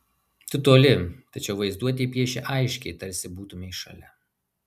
tu toli tačiau vaizduotė piešia aiškiai tarsi būtumei šalia